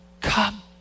Come